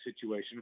situation